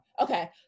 Okay